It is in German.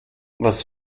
was